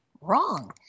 wrong